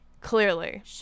Clearly